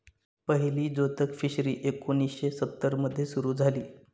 पहिली जोतक फिशरी एकोणीशे सत्तर मध्ये सुरू झाली